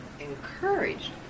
encouraged